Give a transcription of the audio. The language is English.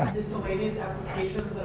miscellaneous applications